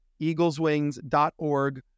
eagleswings.org